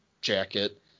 jacket